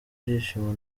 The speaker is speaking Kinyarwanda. byishimo